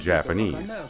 Japanese